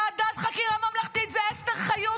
ועדת חקירה ממלכתית זה אסתר חיות,